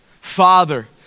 Father